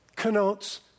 connotes